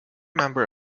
remember